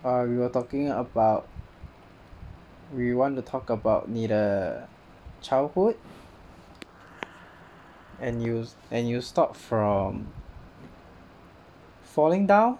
ah we were talking about we want to talk about 你的 childhood and you and you start from falling down